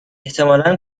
احتمالا